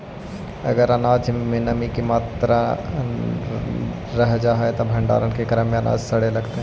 अगर अनाज में नमी रह जा हई त भण्डारण के क्रम में अनाज सड़े लगतइ